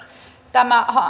tämä